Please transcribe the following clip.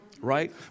right